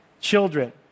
children